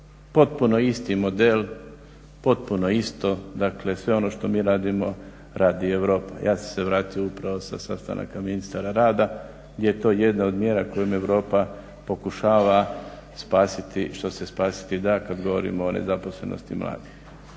Potpuno isti model, potpuno isto, dakle sve ono što mi radimo radi i Europa. Ja sam se vratio upravo sa sastanaka ministara rada gdje je to jedna od mjera kojim Europa pokušava spasiti što se spasiti da kada govorimo o nezaposlenosti mladih.